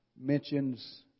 mentions